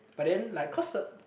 but then like cause the